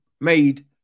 made